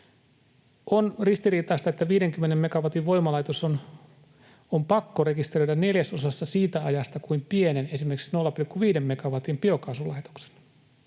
On ristiriitaista, että 50 megawatin voimalaitos on pakko rekisteröidä neljäsosassa siitä ajasta kuin pienen, esimerkiksi 0,5 megawatin biokaasulaitokset.